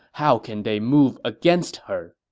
how can they move against her?